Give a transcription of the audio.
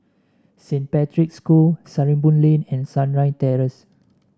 Saint Patrick's School Sarimbun Lane and Sunrise Terrace